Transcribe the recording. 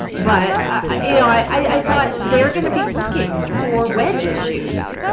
but i thought, they were going to be looking for wedge issues.